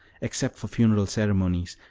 except for funeral ceremonies,